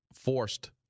forced